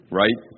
right